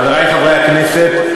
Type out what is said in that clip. חברי חברי הכנסת,